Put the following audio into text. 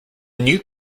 new